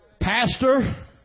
Pastor